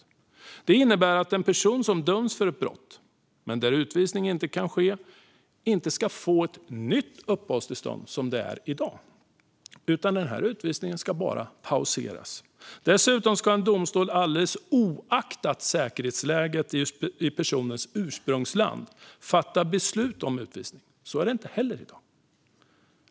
Inhibition innebär att en person som dömts för ett brott men inte kan utvisats inte ska få ett nytt uppehållstillstånd, som i dag. I stället ska utan utvisningen pausas. Dessutom ska en domstol alldeles oavsett säkerhetsläget i personens ursprungsland fatta beslut om utvisning. Så är det inte heller i dag.